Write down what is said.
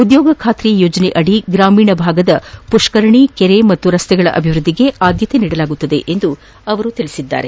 ಉದ್ಲೋಗ ಖಾತ್ರಿ ಯೋಜನೆಯಡಿ ಗ್ರಾಮೀಣ ಭಾಗದ ಪುಷ್ಕರಣಿ ಕೆರೆ ಹಾಗೂ ರಸ್ತೆಗಳ ಅಭಿವೃದ್ದಿಗೆ ಆದ್ದತೆ ನೀಡಲಾಗಿದೆ ಎಂದು ಅವರು ತಿಳಿಸಿದರು